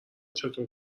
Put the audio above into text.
چطور